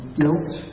guilt